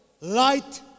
light